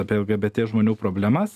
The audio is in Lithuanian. apie lgbt žmonių problemas